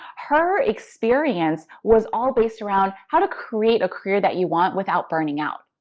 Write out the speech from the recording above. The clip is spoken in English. her experience was all based around how to create a career that you want without burning out.